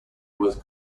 was